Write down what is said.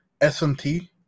SMT